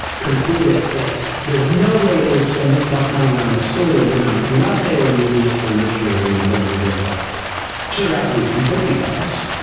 concluded that there was no way they would spend this much money on this silly aluminum unless they were using it to enrich uranium for nuclear device. it turned out to be completely false.